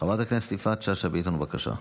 חברת הכנסת יפעת שאשא ביטון, בבקשה.